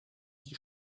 die